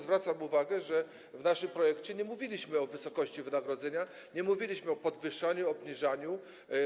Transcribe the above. Zwracam uwagę, że w naszym projekcie nie mówiliśmy o wysokości wynagrodzenia, nie mówiliśmy o podwyższaniu czy obniżaniu.